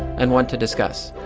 and want to discuss.